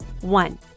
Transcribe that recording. one